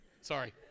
sorry